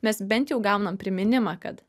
mes bent jau gaunam priminimą kad